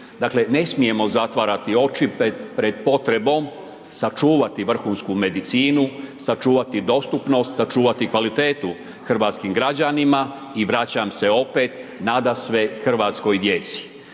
Dakle, ne smijemo zatvarati oči pred potrebom, sačuvati vrhunsku medicinu, sačuvati dostupnost, sačuvati kvalitetu hrvatskim građanima i vraćam se opet, nadasve hrvatskoj djeci.